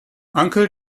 uncle